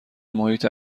محیط